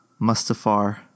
Mustafar